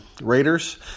Raiders